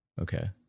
Okay